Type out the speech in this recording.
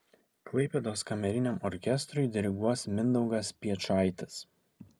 klaipėdos kameriniam orkestrui diriguos mindaugas piečaitis